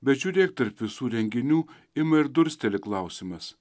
bet žiūrėk tarp visų renginių ima ir dursteli klausimas